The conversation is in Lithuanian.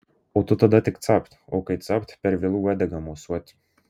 o tu tada tik capt o kai capt per vėlu uodega mosuoti